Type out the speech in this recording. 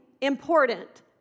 important